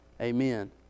Amen